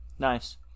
Nice